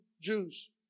Jews